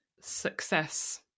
success